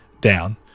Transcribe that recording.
down